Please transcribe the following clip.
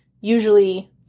usually